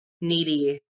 Needy